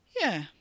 Yeah